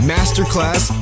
Masterclass